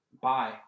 bye